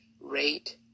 rate